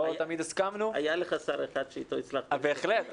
לא תמיד הסכמנו --- היה לך שר אחד שאיתו הצלחת --- בהחלט.